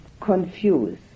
confused